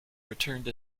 returned